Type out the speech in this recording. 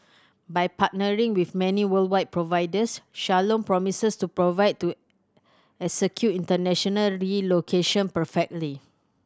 by partnering with many worldwide providers Shalom promises to provide to execute internationally relocation perfectly